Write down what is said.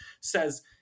says